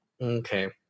Okay